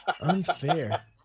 Unfair